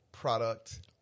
product